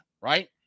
right